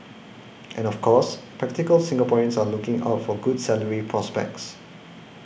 and of course practical Singaporeans are looking out for good salary prospects